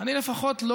לא